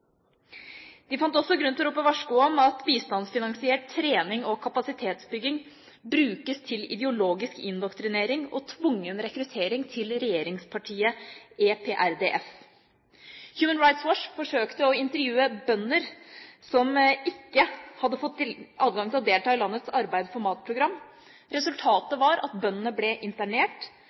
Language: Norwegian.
Bistandsfinansiert trening og kapasitetsbygging brukes til ideologisk indoktrinering og tvungen rekruttering til regjeringspartiet EPRDF. Human Rights Watch forsøkte å intervjue bønder som ikke hadde fått adgang til å delta i landets arbeid-for-mat-program. Resultatet var at bøndene ble internert